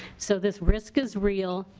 so this risk is real.